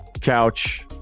couch